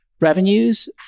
revenues